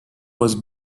was